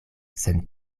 sen